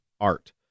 art